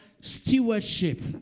stewardship